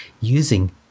using